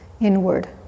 inward